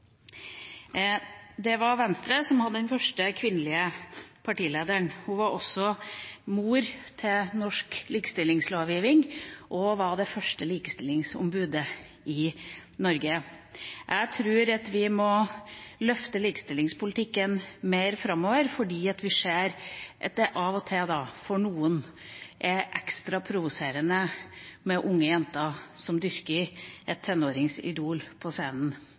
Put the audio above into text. Det var Venstre som hadde den første kvinnelige partilederen. Hun var også mor til norsk likestillingslovgivning og var det første likestillingsombudet i Norge. Jeg tror at vi må løfte likestillingspolitikken mer framover, fordi vi ser at det av og til for noen er ekstra provoserende med unge jenter som dyrker et tenåringsidol på